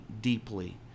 deeply